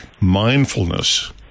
Mindfulness